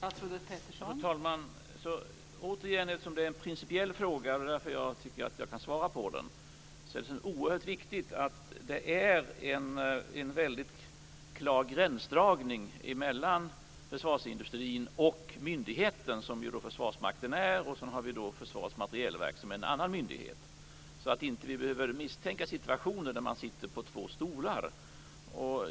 Fru talman! Detta är som sagt en principiell fråga - det är därför jag tycker att jag kan svara på den. Det är oerhört viktigt med en väldigt klar gränsdragning mellan försvarsindustrin och myndigheten, dvs. i det här fallet Försvarsmakten och Försvarets materielverk, för att vi inte skall behöva misstänka att man sitter på två stolar.